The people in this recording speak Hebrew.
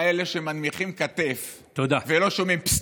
עם האלה שמנמיכים כתף ולא שומעים פסססט,